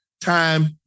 time